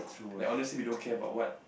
like honestly we don't care about what